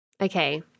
Okay